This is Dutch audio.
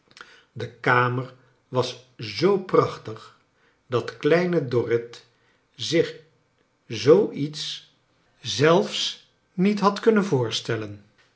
de kamer was zoo prachtig dat kleine dorrit zich zoo iets zelfs niet had kunnen voorstellen